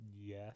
Yes